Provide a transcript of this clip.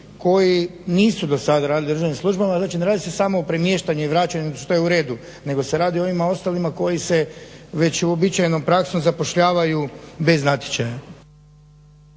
koji nisu dosad radili u državnim službama. Znači, ne radi se samo o premještanju i vraćanju, što je u redu, nego se radi o ovima ostalima koji se već uobičajenom praksom zapošljavaju bez natječaja.